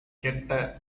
கெட்ட